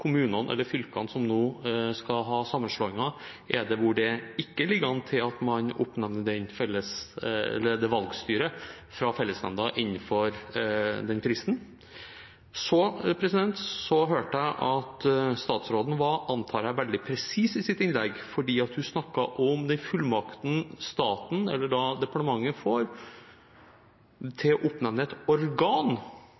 det ikke ligger an til at fellesnemnda oppnevner valgstyre innenfor fristen? Jeg hørte at statsråden var, antar jeg, veldig presis i sitt innlegg, for hun snakket om den fullmakten staten, eller departementet, får